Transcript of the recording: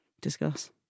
discuss